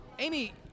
Amy